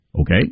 Okay